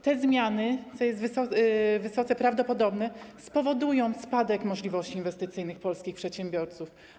Te zmiany, co jest wysoce prawdopodobne, spowodują spadek możliwości inwestycyjnych polskich przedsiębiorców.